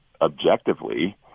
objectively